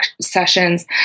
sessions